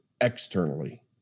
externally